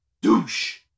Douche